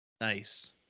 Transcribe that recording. Nice